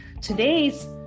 Today's